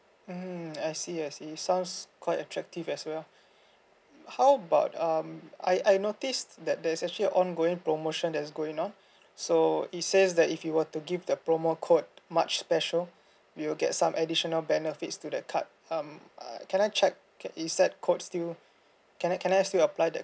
mm I see I see sound quite attractive as well how about um I I noticed that there's actually a ongoing promotion that's going on so it says that if you were to give the promo code much special we will get some additional benefits to that card um uh can I check is that code still can I can I still apply that